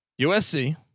USC